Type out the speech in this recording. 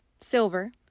Silver